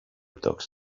talks